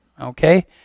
Okay